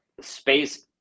space